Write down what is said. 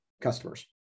customers